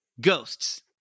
ghosts